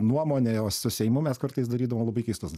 nuomonę o su seimu mes kartais darydavom labai keistus